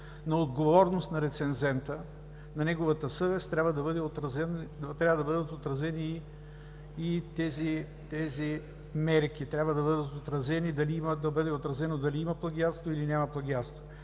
на отговорност на рецензента, на неговата съвест, трябва да бъдат отразени и тези мерки, трябва да бъде отразено дали има плагиатство, или няма плагиатство.